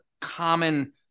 common